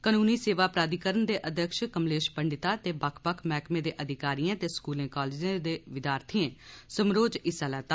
कानूनी सेवा प्राधिकरण दे अध्यक्ष कमलेश पंडिता ते बक्ख बक्ख मैहकमे दे अधिकारियें ते स्कूले कालेजें दे विद्यार्थियें समारोह च हिस्सा लैता